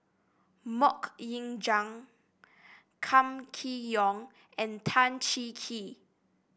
MoK Ying Jang Kam Kee Yong and Tan Cheng Kee